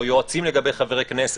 או יועצים לגבי חברי כנסת,